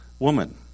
woman